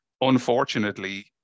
Unfortunately